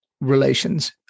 relations